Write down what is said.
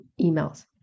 emails